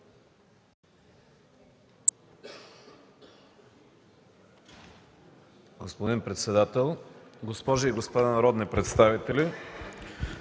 господин председател, уважаеми госпожи и господа народни представители!